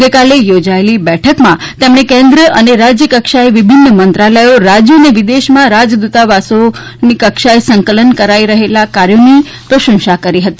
ગઇકાલે યોજેલી બેઠકમાં તેમણે કેન્દ્ર અને રાજ્ય કક્ષાએ વિભિન્ન મંત્રાલયો રાજ્યો અને વિદેશમાં રાજદ્રતવાસો કક્ષાએ સંકલનથી કરાઇ રહેલા કાર્યોની પ્રશંસા કરી હતી